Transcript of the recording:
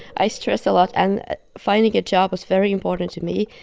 i stress a lot. and finding a job was very important to me.